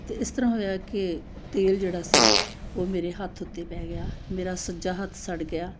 ਅਤੇ ਇਸ ਤਰ੍ਹਾਂ ਹੋਇਆ ਕਿ ਤੇਲ ਜਿਹੜਾ ਸੀ ਉਹ ਮੇਰੇ ਹੱਥ ਉੱਤੇ ਪੈ ਗਿਆ ਮੇਰਾ ਸੱਜਾ ਹੱਥ ਸੜ ਗਿਆ